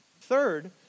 Third